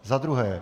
Za druhé.